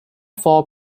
four